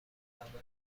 میخوردم